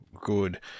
good